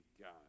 God